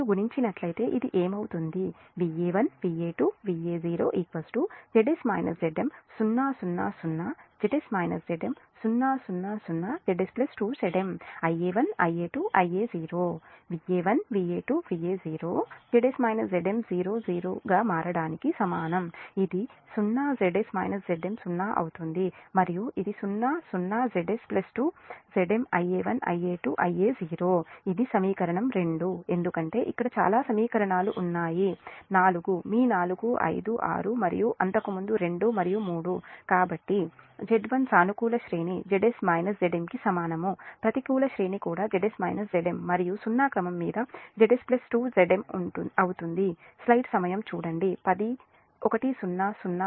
మీరు గుణించినట్లయితే ఇది ఏమి అవుతుంది Va1 Va2 Va0 Zs Zm 0 0 0 Zs Zm 0 0 0 Zs2Zm Ia1 Ia2 Ia0 Va1 Va2 Va0 Zs -Zm 0 0 గా మారడానికి సమానం ఇది 0 Zs Zm 0 అవుతుంది మరియు ఇది 0 0 Zs 2 Zm Ia1 Ia2 Ia0 ఇది సమీకరణం 2 ఎందుకంటే ఇక్కడ చాలా సమీకరణాలు ఉన్నాయి 4 మీ నాలుగు ఐదు 6 మరియు అంతకుముందు 2 మరియు 3 కాబట్టి Z1 సానుకూల శ్రేణి Zs Zm కి సమానం ప్రతికూల శ్రేణి కూడా Zs Zm మరియు సున్నా క్రమం మీ Zs 2 Zm అవుతుంది